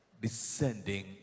descending